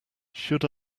should